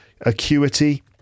Acuity